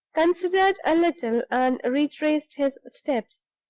considered a little, and retraced his steps.